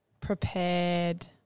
prepared